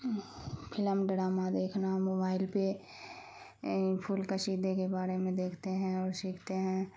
film drama دیکھنا mobile پہ پھول کشیدے کے بارے میں دیکھتے ہیں اور شیکھتے ہیں